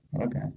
Okay